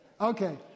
Okay